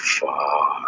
far